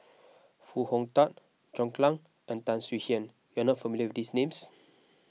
Foo Hong Tatt John Clang and Tan Swie Hian you are not familiar with these names